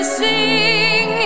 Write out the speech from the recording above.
sing